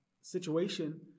situation